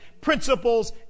principles